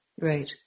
Right